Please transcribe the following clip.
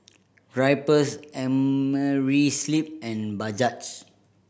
Drypers Amerisleep and Bajaj